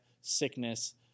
sickness